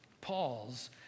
Paul's